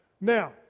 Now